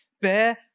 bear